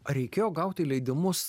ar reikėjo gauti leidimus